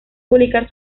publicar